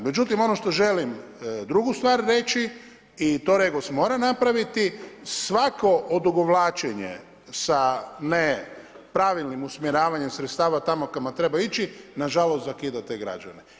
Međutim, ono što želim drugu stvar reći i to REGOS mora napraviti svako odugovlačenje sa nepravilnim usmjeravanje sredstava tamo kamo treba ići na žalost zakidate građane.